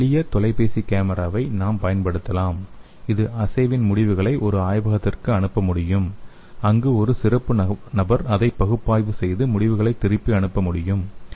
ஒரு எளிய தொலைபேசி கேமராவை நாம் பயன்படுத்தலாம் இது அஸ்ஸேவின் முடிவுகளை ஒரு ஆய்வகத்திற்கு அனுப்ப முடியும் அங்கு ஒரு சிறப்பு நபர் அதை பகுப்பாய்வு செய்து முடிவை திருப்பி அனுப்ப முடியும்